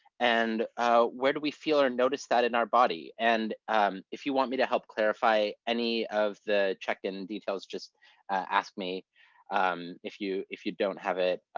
and where do we feel or notice that in our body. and if you want me to help clarify any of the check-in details, just ask me if you if you don't have it